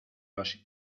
los